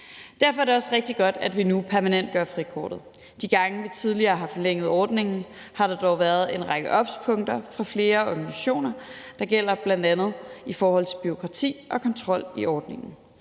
Derfor er det også rigtig godt, at vi nu permanentgør frikortet. De gange, vi tidligere har forlænget ordningen, har der dog været en række obspunkter fra flere organisationer. Det gælder bl.a. i forhold til bureaukrati og kontrol i ordningen.